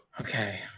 Okay